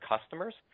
customers